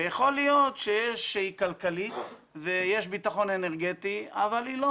יכול להיות שהיא כלכלית ויש ביטחון אנרגטי אבל היא לא